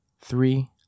three